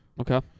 Okay